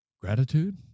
Gratitude